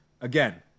again